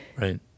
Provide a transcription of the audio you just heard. Right